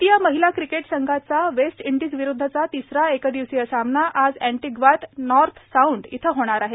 भारतीय महिला क्रिकेट संघाचा वेस्ट इंडिज विरुद्धचा तिसरा एक दिवसीय सामना आज अँटिग्वात नॉर्थ साऊंड इथं होणार आहे